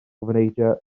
gwpaneidiau